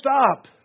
stop